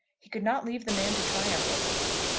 he could not leave the man to triumph over him.